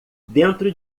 dentro